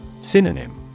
Synonym